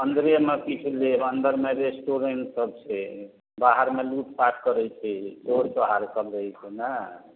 अन्दरेमे किछु लेब अन्दरमे रेस्टोरेन्ट सब छै बाहरमे लूट पाट करैत छै चोर चोहार सब रहै छै ने